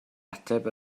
ateb